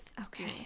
Okay